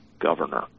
governor